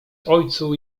ojcu